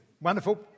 wonderful